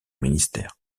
ministère